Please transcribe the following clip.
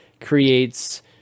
creates